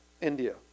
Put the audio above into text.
India